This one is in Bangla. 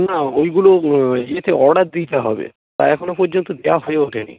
না ওইগুলো ইয়েতে অর্ডার দিতে হবে আর এখনও পর্যন্ত দেওয়া হয়ে ওঠেনি